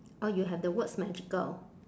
orh you have the words magical